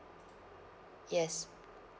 yes